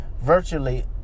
virtually